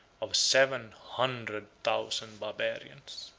of seven hundred thousand barbarians.